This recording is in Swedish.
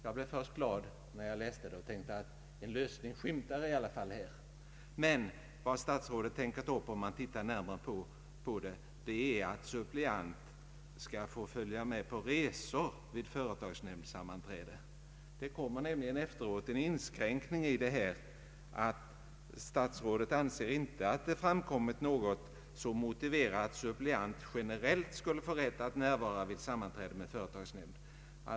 Jag blev först glad när jag läste det och tänkte att en lösning skymtar här. Men vad statsrådet tänker ta upp är tydligen endast det speciella spörsmålet om suppleant skall få följa med på resor vid företagsnämnds sammanträde. Statsrådet säger nämligen efteråt i svaret att det inte framkommit något som ”motiverar att suppleant generellt skulle få rätt att vara närvarande vid sammanträde med företagsnämnd”.